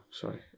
sorry